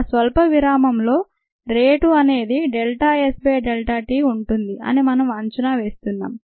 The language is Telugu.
ఆ స్వల్ప విరామం లో రేటు అనేది delta S by delta t ఉంటుంది అని మనం అంచనావేస్తున్నాం